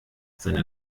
seiner